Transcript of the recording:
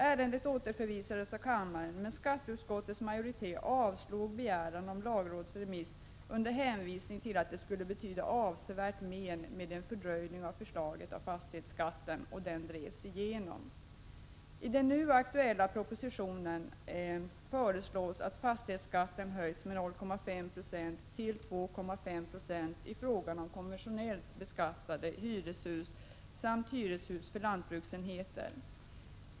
Ärendet återförvisades av kammaren, men skatteutskottets majoritet avstyrkte begäran om lagrådsremiss under hänvisning till att en fördröjning av förslaget skulle betyda avsevärt men, och fastighetsskatten drevs igenom. I den nu aktuella propositionen föreslås att fastighetsskatten höjs med 0,5 20 till 2,5 Ze i fråga om konventionellt beskattade hyreshus samt hyreshus på lantbruksenheter.